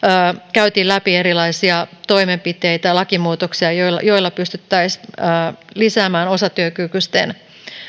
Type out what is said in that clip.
käytiin läpi erilaisia toimenpiteitä ja lakimuutoksia joilla joilla pystyttäisiin lisäämään osatyökykyisten